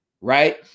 right